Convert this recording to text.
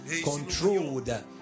controlled